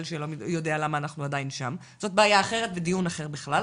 שלא יודע למה אנחנו עדיין שם זאת בעיה אחרת בדיון אחר בכלל,